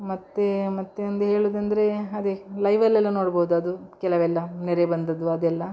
ಮತ್ತು ಮತ್ತು ಒಂದು ಹೇಳುದಂದರೆ ಅದೆ ಲೈವಲ್ಲೆಲ್ಲ ನೋಡ್ಬೋದು ಅದು ಕೆಲವೆಲ್ಲ ನೆರೆ ಬಂದದ್ದು ಅದೆಲ್ಲ